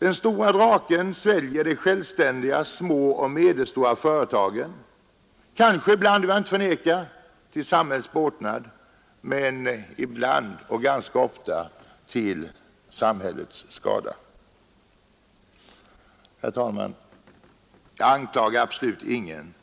”Den stora draken” sväljer de självständiga små och medelstora företagen, ibland kanske till samhällets båtnad — det vill jag inte förneka — men ibland och förmodligen ganska ofta till samhällets skada. Herr talman! Jag anklagar absolut ingen.